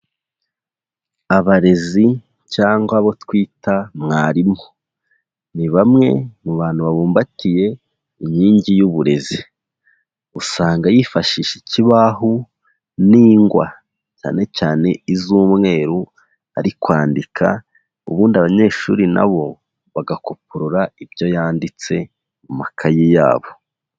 Abarezi cyangwa abo twita mwarimu, ni bamwe mu bantu babumbatiye inkingi y'uburezi, usanga yifashisha ikibaho n'ingwa, cyane cyane iz'umweru ari kwandika, ubundi abanyeshuri nabo bagakoporora ibyo yanditse mu makaye yabo.